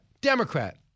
Democrat